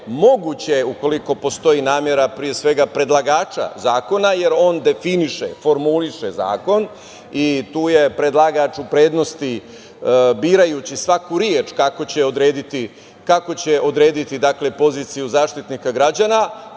moguće ukoliko postoji namera pre svega predlagača zakona, jer on definiše, formuliše zakoni i tu je predlagač u prednosti birajući svaku reč kako će odrediti poziciju Zaštitnika građana,